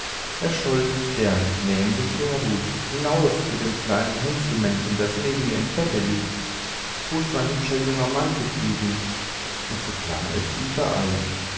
erscholl der nämliche ruf hinaus mit dem kleinen huzelmännchen das neben mir im bette liegt wo ist mein hübscher junger mann geblieben und so klang es überall